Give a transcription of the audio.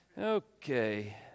okay